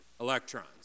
electrons